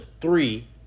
three